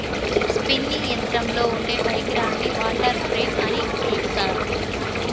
spinning యంత్రంలో ఉండే పరికరాన్ని వాటర్ ఫ్రేమ్ అని పిలుత్తారు